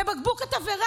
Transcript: ובקבוק התבערה,